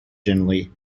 generally